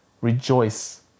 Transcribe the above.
Rejoice